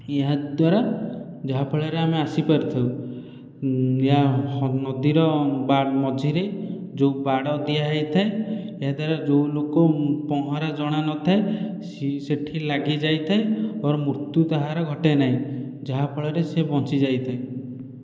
ଏହାଦ୍ଵାରା ଯାହାଫଳରେ ଆମେ ଆସି ପାରିଥାଉ ନଦୀର ବା ମଝିରେ ଯେଉଁ ବାଡ଼ ଦିଆ ହୋଇଥାଏ ଏହାଦ୍ଵାରା ଯେଉଁ ଲୋକ ପହଁରା ଜଣା ନଥାଏ ସିଏ ସେଇଠି ଲାଗିଯାଇଥାଏ ଓ ମୃତ୍ୟୁ ତାହାର ଘଟେ ନାହିଁ ଯାହାଫଳରେ ସେ ବଞ୍ଚିଯାଇଥାଏ